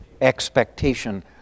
expectation